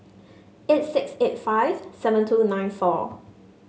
eight six eight five seven two nine four